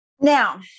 Now